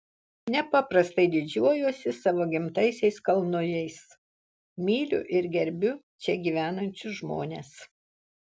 nepaprastai didžiuojuosi savo gimtaisiais kalnujais myliu ir gerbiu čia gyvenančius žmones